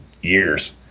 years